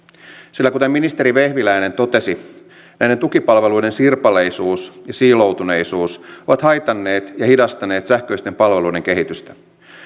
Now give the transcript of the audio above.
sillä kuten ministeri vehviläinen totesi näiden tukipalveluiden sirpaleisuus ja siiloutuneisuus ovat haitanneet ja hidastaneet sähköisten palveluiden kehitystä